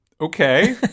Okay